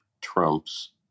Trump's